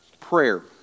prayer